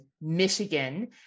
Michigan